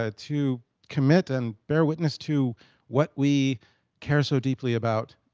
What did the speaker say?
ah to commit and bear witness to what we care so deeply about,